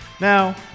Now